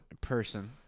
person